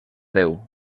déu